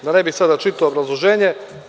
Ne bih sada čitao obrazloženje.